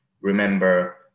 remember